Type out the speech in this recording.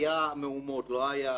היו מהומות או לא היו.